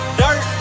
dirt